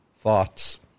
thoughts